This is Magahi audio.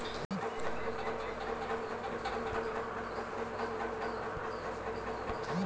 बैंकिंग गतिवीधियां कोवीड महामारी के चलते धीमा पड़ गेले हें